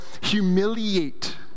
humiliate